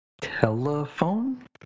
Telephone